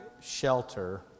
shelter